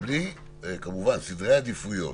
כמובן סדרי העדיפויות